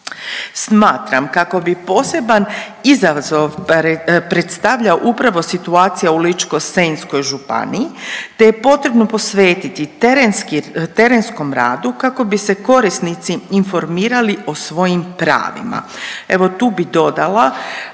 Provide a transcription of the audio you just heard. Smatram kako bi poseban izazov predstavljao upravo situacija u Ličko-senjskoj županiji te je potrebno posvetiti terenskom radu, kako bi se korisnici informirali o svojim pravima. Evo, tu bih dodala